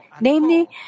Namely